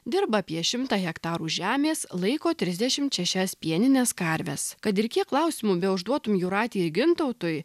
dirba apie šimtą hektarų žemės laiko trisdešimt šešias pienines karves kad ir kiek klausimų neužduotum jūratei ir gintautui